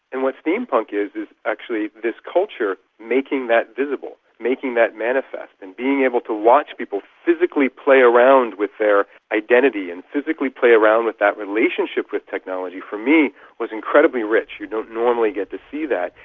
and what steampunk is is actually this culture making that visible, making that manifest, and being able to watch people physically play around with their identity and physically play around with that relationship with technology, for me was incredibly rich. you don't normally get to see that,